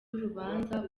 urubanza